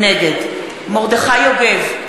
נגד מרדכי יוגב,